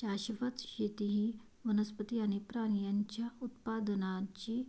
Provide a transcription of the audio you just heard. शाश्वत शेती ही वनस्पती आणि प्राणी यांच्या उत्पादनाची